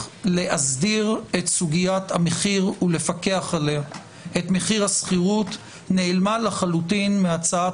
להסדיר את סוגית מחיר השכירות ולפקח עליו נעלמה לחלוטין מהצעת